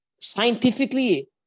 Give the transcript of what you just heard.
scientifically